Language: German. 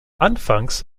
anfangs